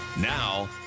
Now